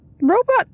robot